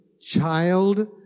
child